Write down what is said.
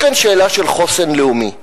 יש כאן שאלה של חוסן לאומי.